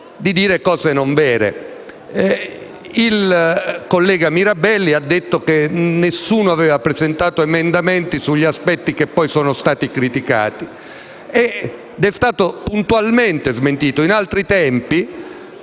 Il collega Mirabelli ha detto che nessuno aveva presentato emendamenti sugli aspetti che sono stati poi criticati ed è stato puntualmente smentito. In altri tempi